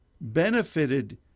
benefited